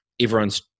everyone's